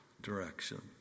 direction